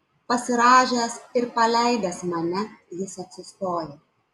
pasirąžęs ir paleidęs mane jis atsistoja